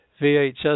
VHS